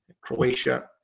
Croatia